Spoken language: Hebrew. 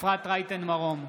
אפרת רייטן מרום,